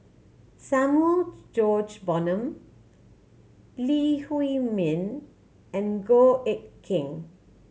Samuel George Bonham Lee Huei Min and Goh Eck Kheng